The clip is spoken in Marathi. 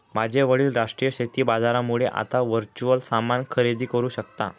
माझे वडील राष्ट्रीय शेती बाजारामुळे आता वर्च्युअल सामान खरेदी करू शकता